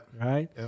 right